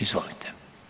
Izvolite.